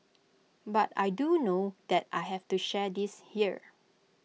but I do know that I have to share this here